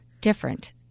different